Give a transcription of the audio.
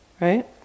right